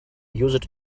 used